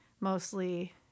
Mostly